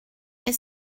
est